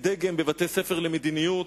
כדגם בבתי-ספר למדיניות,